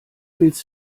willst